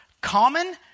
Common